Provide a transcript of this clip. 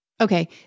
Okay